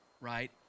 right